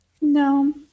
No